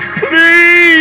please